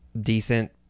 decent